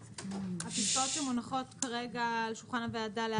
הפסקאות שמונחות כרגע על שולחן הוועדה להצבעה,